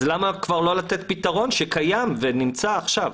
אז למה לא לתת פתרון שקיים ונמצא עכשיו?